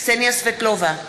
קסניה סבטלובה,